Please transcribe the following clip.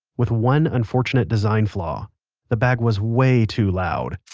with one unfortunate design flaw the bag was way too loud.